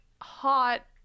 hot